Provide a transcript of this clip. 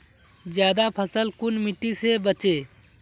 ज्यादा फसल कुन मिट्टी से बेचे?